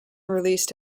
released